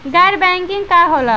गैर बैंकिंग का होला?